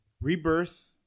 Rebirth